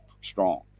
strong